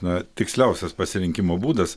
na tiksliausias pasirinkimo būdas